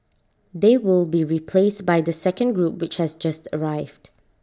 they will be replaced by the second group which has just arrived